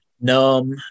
Numb